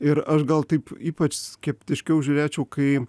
ir aš gal taip ypač skeptiškiau žiūrėčiau kai